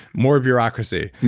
more bureaucracy.